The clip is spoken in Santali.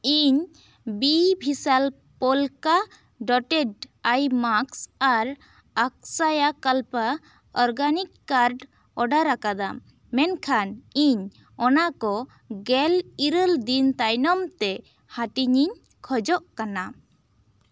ᱤᱧ ᱵᱤ ᱵᱷᱤᱥᱟᱞ ᱯᱳᱞᱠᱟ ᱰᱳᱴᱮᱴ ᱟᱭ ᱢᱟᱠᱥ ᱟᱨ ᱟᱠᱥᱟᱭᱟᱠᱟᱞᱯᱟ ᱚᱨᱜᱟᱱᱤᱠ ᱠᱟᱨᱰ ᱚᱰᱟᱨ ᱟᱠᱟᱫᱟᱢ ᱢᱮᱱᱠᱷᱟᱱ ᱤᱧ ᱚᱱᱟ ᱠᱚ ᱜᱮᱞ ᱤᱨᱟᱹᱞ ᱫᱤᱱ ᱛᱟᱭᱱᱚᱢ ᱛᱮ ᱦᱟᱹᱴᱤᱧᱤᱧ ᱠᱷᱚᱡᱚᱜ ᱠᱟᱱᱟ